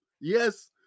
Yes